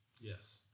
Yes